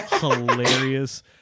hilarious